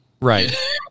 Right